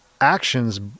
actions